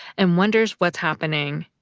and wonders what's happening.